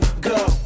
Go